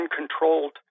uncontrolled